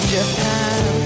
Japan